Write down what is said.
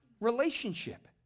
relationship